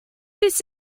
this